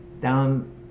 down